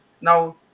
Now